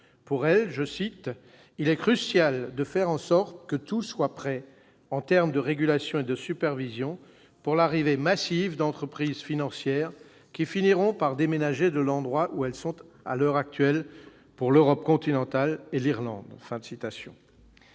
Pour elle, « il est crucial de faire en sorte que tout soit prêt en termes de régulation et de supervision pour l'arrivée massive d'entreprises financières qui finiront par déménager de l'endroit où elles sont à l'heure actuelle pour l'Europe continentale, et l'Irlande ».